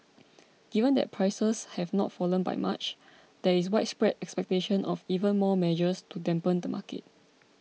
given that prices have not fallen by much there is widespread expectation of even more measures to dampen the market